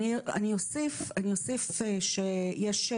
אני אוסיף שאנחנו